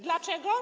Dlaczego?